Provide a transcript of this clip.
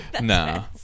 nah